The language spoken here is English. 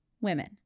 women